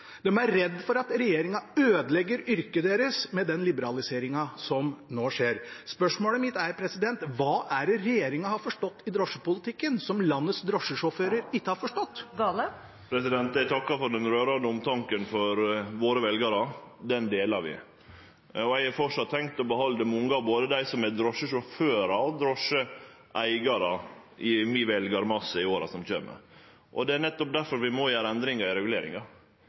redd for at regjeringen ødelegger yrket deres med den liberaliseringen som nå skjer. Spørsmålet mitt er: Hva er det regjeringen har forstått i drosjepolitikken som landets drosjesjåfører ikke har forstått? Eg takkar for den rørande omtanken for våre veljarar. Den delar vi. Eg har framleis tenkt til å behalde mange av dei som er både drosjesjåførar og drosjeeigarar, i min veljarmasse i åra som kjem. Nettopp derfor må vi gjere endringar i reguleringa.